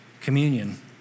communion